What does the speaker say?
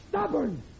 Stubborn